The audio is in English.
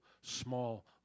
small